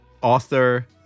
author